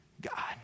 God